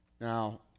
Now